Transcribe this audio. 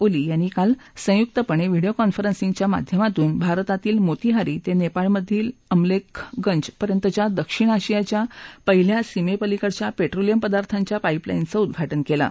वोली यांनी काल संयुक्तपण विहडिओ कॉन्फरन्सिगच्या माध्यमातून भारतातील मोती हारी त अप्राळमधील अमलखिंज पर्यंतच्या दक्षिण आशियाच्या पहिल्या सीमप्रसीकडील पट्रीलियम पदार्थाच्या पाईपलाईन्सचं उद्घाटन क्लि